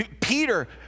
Peter